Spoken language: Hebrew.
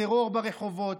טרור ברחובות.